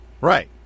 right